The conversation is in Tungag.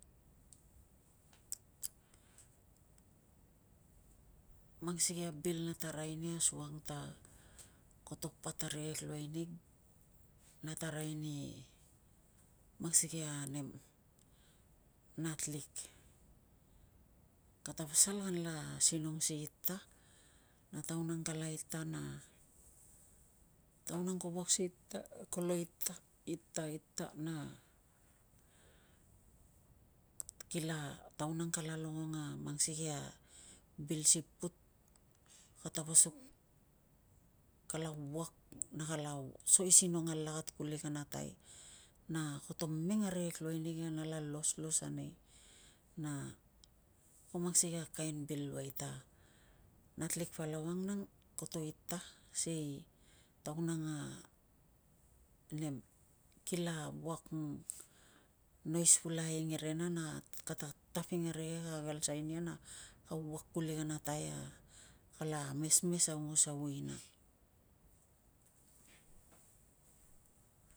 Mang sikei a bil na arai nia asukang ta koto pat arikek luai nig, na arai ni mang sikei a nem, natlik kata pasal kanla sinong si ita na taun ang kala ita na taun ang ko wuak si ita kolo ita, ita, ita na kila taun ang kala longong a mang bil si put, ka tapasuk kala uak na kala saisinong alakat kuli kana tai na kolo mengen arikek luai nig a nala los los a nei, na ko mang sikei a kain bil luai ta natlik palau ang nang koto ita sikei taun ang a nem kila wuak nois pulakai e ngerena na kata taping arikek a ka galsai nia na ka wuak kuli kana tai a kala mesmes aongos a ui ina.